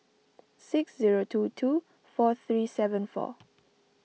six zero two two four three seven four